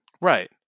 Right